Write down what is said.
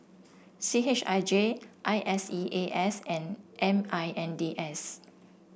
C H I J I S E A S and M I N D S